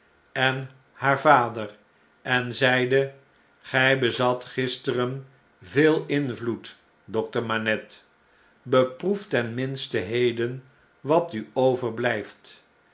en haar vader en zeide grij bezat gisteren veel invloed dokter manette beproef ten minste heden wat u overbiyft